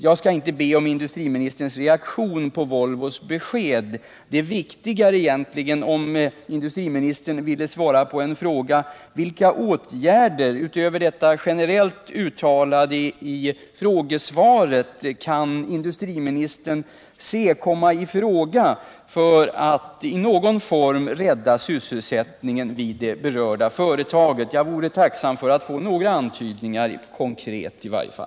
Jag skall inte be om industriministerns reaktion på Volvos besked. Det är egentligen viktigare om industriministern ville svara på frågan: Vilka åtgärder utöver den generellt uttalade i frågesvaret kan industriministern säga kommer i fråga för att i någon form rädda sysselsättningen vid det berörda företaget? Jag vore tacksam för att i varje fall få några konkreta antydningar.